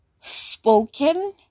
spoken